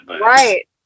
Right